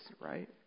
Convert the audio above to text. right